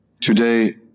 today